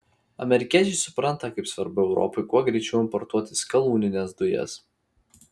amerikiečiai supranta kaip svarbu europai kuo greičiau importuoti skalūnines dujas